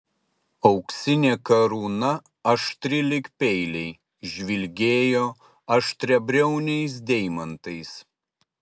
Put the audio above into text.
auksinė karūna aštri lyg peiliai žvilgėjo aštriabriauniais deimantais